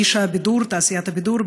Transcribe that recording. איש תעשיית הבידור,